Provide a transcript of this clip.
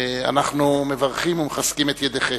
אנחנו מברכים ומחזקים את ידיכם.